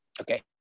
Okay